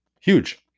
huge